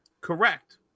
Correct